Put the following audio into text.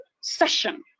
session